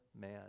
man